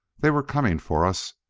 they were coming for us!